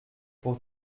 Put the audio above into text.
pour